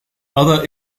other